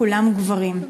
כולם גברים.